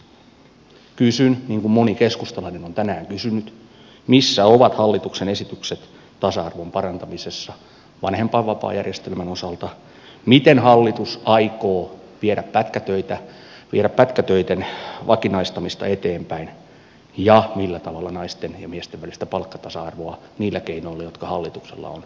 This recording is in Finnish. kysyn niin kuin moni keskustalainen on tänään kysynyt missä ovat hallituksen esitykset tasa arvon parantamisessa vanhempainvapaajärjestelmän osalta miten hallitus aikoo viedä pätkätöiden vakinaistamista eteenpäin ja millä tavalla naisten ja miesten välistä palkkatasa arvoa niillä keinoilla jotka hallituksella on aiotaan edistää